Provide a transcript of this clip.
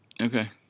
Okay